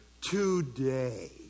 today